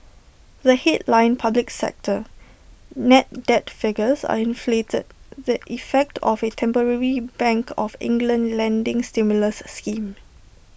the headline public sector net debt figures are inflated the effect of A temporary bank of England lending stimulus scheme